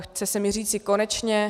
Chce se mi říci konečně.